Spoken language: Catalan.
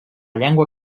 llengua